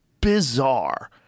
bizarre